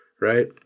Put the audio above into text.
Right